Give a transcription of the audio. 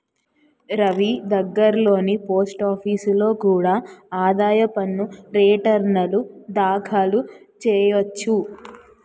రవీ దగ్గర్లోని పోస్టాఫీసులో కూడా ఆదాయ పన్ను రేటర్న్లు దాఖలు చెయ్యొచ్చు